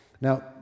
Now